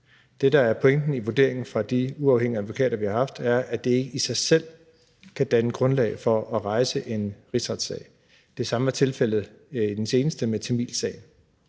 Det, der er pointen i vurderingen fra de uafhængige advokater, vi har haft, er, at det ikke i sig selv kan danne grundlag for at rejse en rigsretssag. Det samme var tilfældet i den seneste med tamilsagen.